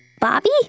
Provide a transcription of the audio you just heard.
Bobby